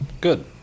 Good